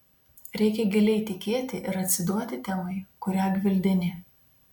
reikia giliai tikėti ir atsiduoti temai kurią gvildeni